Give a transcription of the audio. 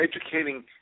educating